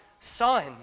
Son